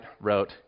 wrote